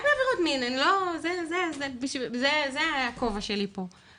זה הכובע שלי פה,